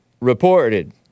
reported